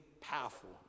powerful